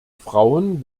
frauen